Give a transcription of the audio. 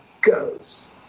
goes